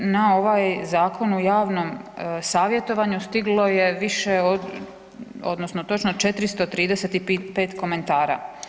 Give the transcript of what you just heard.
Na ovaj zakon u javnom savjetovanju stiglo je više od odnosno točno 435 komentara.